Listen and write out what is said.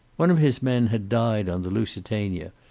one of his men had died on the lusitania,